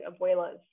abuelas